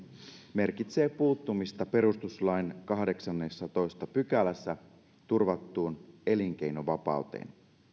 merkitsee puuttumista perustuslain kahdeksannessatoista pykälässä turvattuun elinkeinovapauteen